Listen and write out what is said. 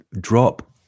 drop